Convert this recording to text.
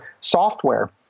software